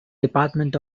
department